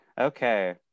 Okay